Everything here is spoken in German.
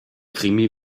krimi